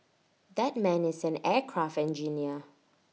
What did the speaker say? that man is an aircraft engineer